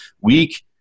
week